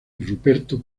ruperto